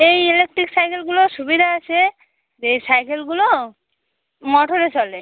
এই ইলেকট্রিক সাইকেলগুলোর সুবিধা আছে যে সাইকেলগুলো মোটরে চলে